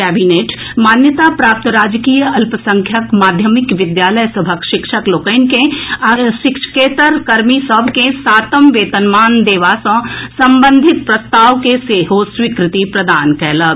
cabinet मान्यता प्राप्त राजकीय अल्पसंख्यक माध्यमिक विद्यालय सभक शिक्षक लोकनि के आ शिक्षकेत्तर कर्मी सभ के सातम वेतनमान देबा सॅ संबंधित प्रस्ताव के सेहो स्वीकृति प्रदान कयलक